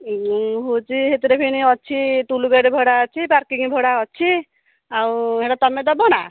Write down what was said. ମୁଁ ହେଉଛି ସେଥିରେ ପୁଣି ଅଛି ଟୁଲ୍ ଗେଟ୍ ଭଡ଼ା ଅଛି ପାର୍କିଂ ଭଡ଼ା ଅଛି ଆଉ ହେଟା ତୁମେ ଦେବ ନା